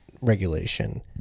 regulation